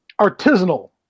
artisanal